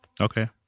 Okay